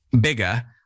bigger